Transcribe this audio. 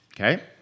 Okay